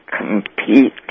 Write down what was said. compete